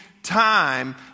time